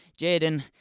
Jaden